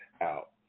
out